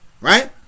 Right